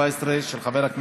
התשע"ח 2017, של חבר הכנסת